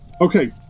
okay